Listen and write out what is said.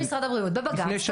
של משרד הבריאות בבג"צ.